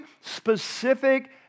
specific